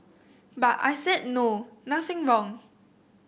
but I said no nothing wrong